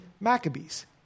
Maccabees